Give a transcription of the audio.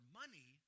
money